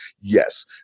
yes